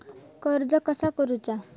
कर्ज कसा करूचा?